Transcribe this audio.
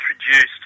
introduced